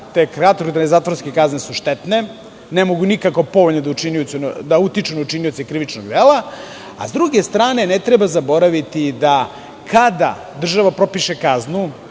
jer znamo da su zatvorske kazne štetne, ne mogu nikako povoljno da utiču na učinioce krivičnog dela. Sa druge strane, ne treba zaboraviti da kada država propiše kaznu,